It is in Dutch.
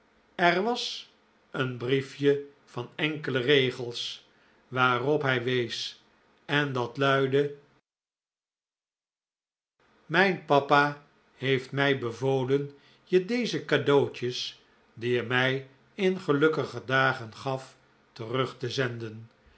er was een brief je van enkele regels waarop hij wees en dat luidde mijn papa heeft mij bevolen je deze cadeautjes die je mij in gelukkiger dagen gaf terug te zenden